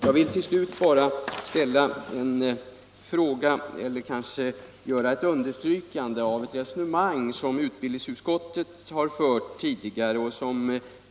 Jag vill till slut understryka ett resonemang som utbildningsutskottet tidigare har fört.